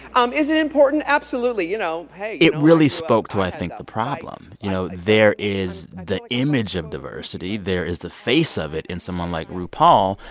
um is it important? absolutely. you know, hey. it really spoke to, i think, the problem. you know, there is the image of diversity. there is the face of it in someone like rupaul.